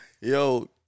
Yo